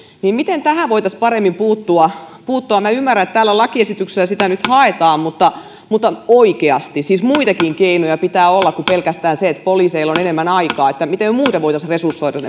miten tähän voitaisiin paremmin puuttua puuttua minä ymmärrän että tällä lakiesityksellä sitä nyt haetaan mutta mutta oikeasti siis muitakin keinoja pitää olla kuin pelkästään se että poliiseilla on enemmän aikaa miten muuten voitaisiin resursoida